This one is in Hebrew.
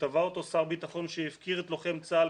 שטבע אותו שר הביטחון שהפקיר את לוחם צה"ל,